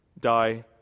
die